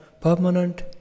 permanent